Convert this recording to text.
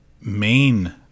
main